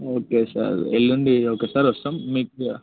okay sir ఎల్లుండి okay sir వస్తాం మీకు